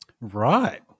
Right